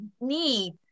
need